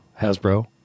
Hasbro